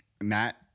Matt